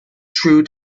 through